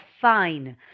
fine